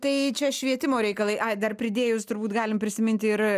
tai čia švietimo reikalai ai dar pridėjus turbūt galim prisiminti ir